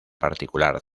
particular